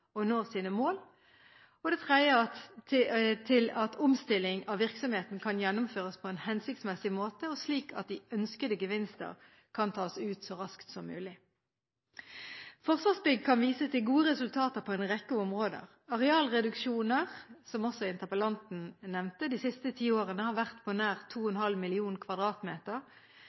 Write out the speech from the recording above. og nå sine mål at omstilling av virksomheten kan gjennomføres på en hensiktsmessig måte, og slik at de ønskede gevinster kan tas ut så raskt som mulig. Forsvarsbygg kan vise til gode resultater på en rekke områder. Arealreduksjoner, som også interpellanten nevnte, de siste ti årene har vært på nær 2,5